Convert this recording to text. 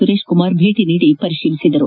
ಸುರೇಶ್ಕುಮಾರ್ ಭೇಟಿ ನೀಡಿ ಪರಿತೀಲಿಸಿದರು